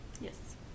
Yes